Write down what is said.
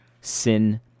sin